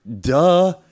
Duh